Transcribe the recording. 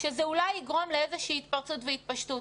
שזה אולי יגרום לאיזושהי התפרצות והתפשטות.